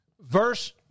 Verse